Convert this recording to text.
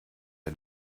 der